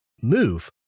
move